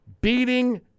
beating